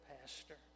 pastor